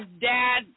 dad